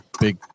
big